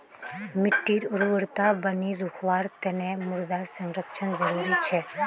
मिट्टीर उर्वरता बनई रखवार तना मृदा संरक्षण जरुरी छेक